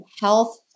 health